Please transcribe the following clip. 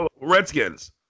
Redskins